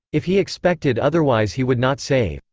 if he expected otherwise he would not save.